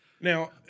Now